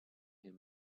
him